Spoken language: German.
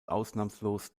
ausnahmslos